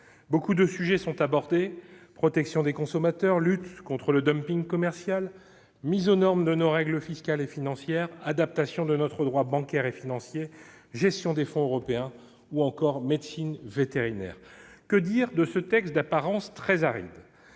De nombreux sujets sont abordés : protection des consommateurs, lutte contre le dumping commercial, mise aux normes de nos règles fiscales et financières, adaptation de notre droit bancaire et financier, gestion des fonds européens, médecine vétérinaire. Que dire de ce texte d'apparence très aride ?